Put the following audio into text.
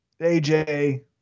AJ